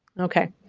okay.